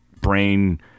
brain